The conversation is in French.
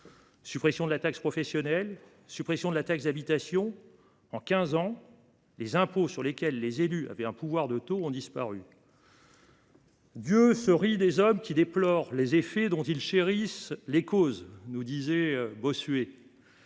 Suppression de la taxe professionnelle, suppression de la taxe d’habitation : en quinze ans, les impôts sur lesquels les élus avaient un pouvoir de taux ont disparu. « Dieu se rit des hommes qui déplorent les effets dont ils chérissent les causes », déclarait Bossuet.